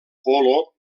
polo